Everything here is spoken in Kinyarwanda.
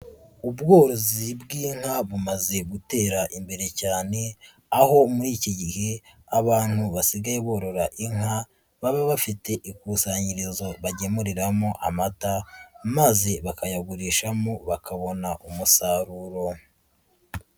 Ubworozi bw'inka bumaze gutera imbere cyane, aho muri iki gihe abantu basigaye borora inka baba bafite ikusanyirizo bagemuriramo amata maze bakayagurishamo bakabona umusaruro.